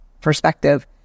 perspective